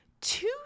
two